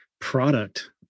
product